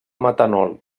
metanol